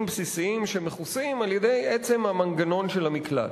בסיסיים שמכוסים על-ידי עצם המנגנון של המקלט.